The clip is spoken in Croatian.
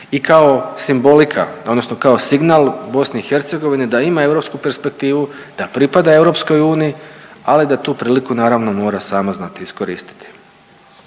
i kao simbolika odnosno kao signal BiH da ima europsku perspektivu, da pripada EU, ali da tu priliku naravno mora sama znati iskoristiti.